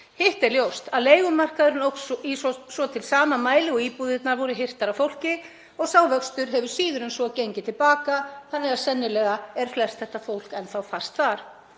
Hitt er ljóst að leigumarkaðurinn óx í svo til sama mæli og íbúðirnar voru hirtar af fólki. Sá vöxtur hefur síður en svo gengið til baka þannig að sennilega er flest þetta fólk enn þá fast þar.